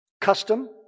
Custom